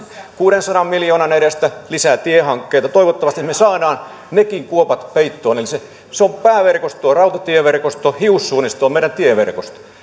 kuudensadan miljoonan edestä lisää tiehankkeita toivottavasti me saamme nekin kuopat peittoon eli se on pääverkostoa rautatieverkosto hiussuonisto on meidän tieverkostomme